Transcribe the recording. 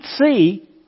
see